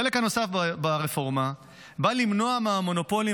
חלק נוסף ברפורמה בא למנוע מהמונופולים